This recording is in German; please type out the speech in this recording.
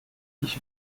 ich